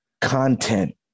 content